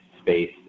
space